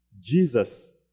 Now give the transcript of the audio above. Jesus